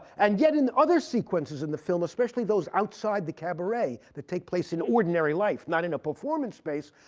and yet in other sequences in the film, especially those outside the cabaret that take place in ordinary life, not in a performance space,